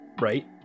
right